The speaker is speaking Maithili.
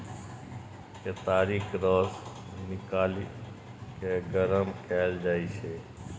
केतारीक रस निकालि केँ गरम कएल जाइ छै